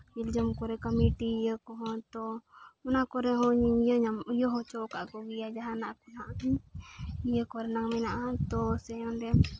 ᱡᱤᱞ ᱡᱚᱢ ᱠᱚᱨᱮ ᱠᱚᱢᱤᱴᱤ ᱤᱭᱟᱹ ᱠᱚᱦᱚᱸ ᱛᱚ ᱚᱱᱟ ᱠᱚᱨᱮ ᱦᱚᱸ ᱤᱭᱟᱹ ᱦᱚᱪᱚ ᱟᱠᱟᱫ ᱠᱚᱜᱮᱭᱟ ᱡᱟᱦᱟᱱᱟᱜ ᱠᱚ ᱱᱟᱦᱟᱸᱜ ᱤᱭᱟᱹ ᱠᱚᱨᱮᱱᱟᱜ ᱢᱮᱱᱟᱜᱼᱟ ᱛᱚ ᱥᱮ ᱚᱸᱰᱮ